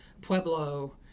Pueblo